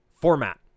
format